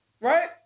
Right